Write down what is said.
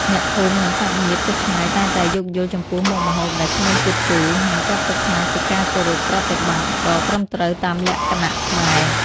អ្នកភូមិនិងសាច់ញាតិជិតឆ្ងាយតែងតែយោគយល់ចំពោះមុខម្ហូបដែលគ្មានជាតិជូរ និង ចាត់ទុកថាជាការគោរពប្រតិបត្តិដ៏ត្រឹមត្រូវតាមលក្ខណៈខ្មែរ។